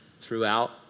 throughout